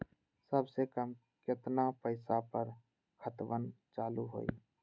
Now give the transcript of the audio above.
सबसे कम केतना पईसा पर खतवन चालु होई?